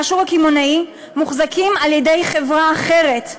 מהשוק הקמעונאי, מוחזקים על-ידי חברה אחרת,